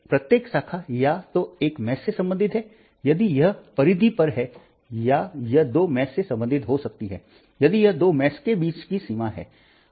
तो प्रत्येक शाखा या तो एक जाल से संबंधित है यदि यह परिधि पर है या यह दो जालों से संबंधित हो सकती है यदि यह दो जालों के बीच की सीमा है